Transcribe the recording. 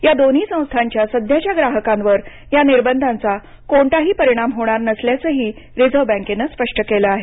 या दोन्ही संस्थांच्या सध्याच्या ग्राहकांवर या निर्बंधांचा कोणताही परिणाम होणार नसल्याचंही रिझर्व बँकेनं स्पष्ट केलं आहे